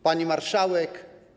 Pani Marszałek!